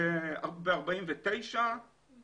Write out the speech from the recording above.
זה לא זר לו.